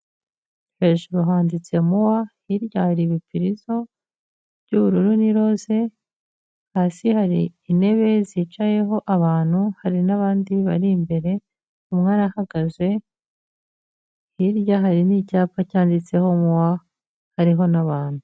Hejuru handitse MUA, hirya hari ibipirizo by'ubururu n'iroze, hasi hari intebe zicayeho abantu, hari n'abandi bari imbere, umwe arahagaze, hirya hari n'icyapa cyanditseho MUA, hariho n'abantu.